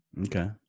Okay